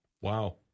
Wow